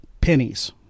pennies